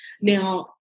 now